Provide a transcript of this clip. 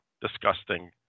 disgusting